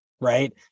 right